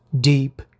Deep